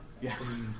Yes